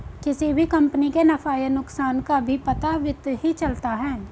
किसी भी कम्पनी के नफ़ा या नुकसान का भी पता वित्त ही चलता है